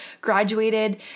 graduated